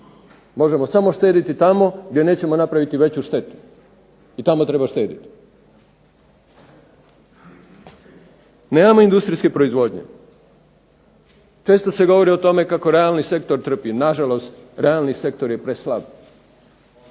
Možemo samo štediti tamo gdje nećemo napraviti veću štetu i tamo treba štediti. Nemamo industrijske proizvodnje. Često se govori o tome kako realni sektor trpi. Na žalost realni sektor je preslab.